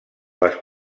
les